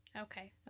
okay